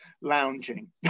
lounging